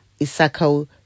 Isako